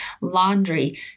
laundry